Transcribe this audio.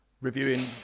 reviewing